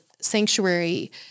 sanctuary